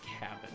cabin